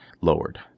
lowered